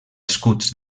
escuts